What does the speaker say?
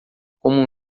como